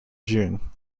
june